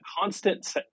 constant